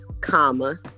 comma